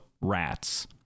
rats